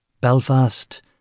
Belfast